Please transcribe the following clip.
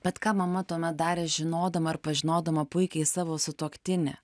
bet ką mama tuomet darė žinodama ir pažinodama puikiai savo sutuoktinį